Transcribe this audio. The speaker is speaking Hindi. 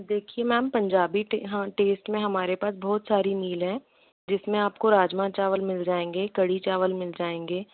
देखिए मैम पंजाबी टे हाँ टेस्ट में हमारे पास बहुत सारी मील हैं जिसमें आपको राजमा चावल मिल जाएँगे कढ़ी चावल मिल जाएँगे